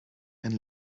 and